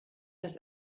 das